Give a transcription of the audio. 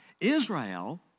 Israel